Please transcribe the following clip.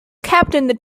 captained